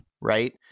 Right